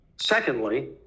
Secondly